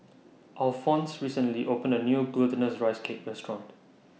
Alfonse recently opened A New Glutinous Rice Cake Restaurant